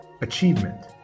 Achievement